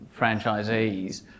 franchisees